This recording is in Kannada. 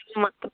ಮತ್ತೆ